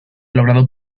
logrado